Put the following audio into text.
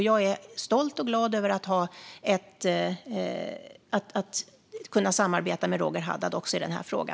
Jag är stolt och glad över att kunna samarbeta med Roger Haddad också i denna fråga.